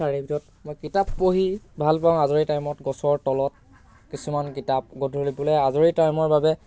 তাৰে ভিতৰত মই কিতাপ পঢ়ি ভাল পাওঁ আজৰি টাইমত গছৰ তলত কিছুমান কিতাপ গধূলি বোলে আজৰি টাইমৰ বাবে